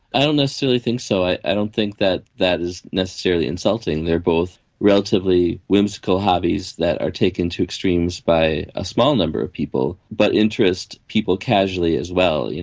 i don't necessarily think so, i don't think that that is necessarily insulting. they are both relatively whimsical hobbies that are taken to extremes by a small number of people but interest people casually as well.